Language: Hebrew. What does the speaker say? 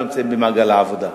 לא נמצאים במעגל העבודה.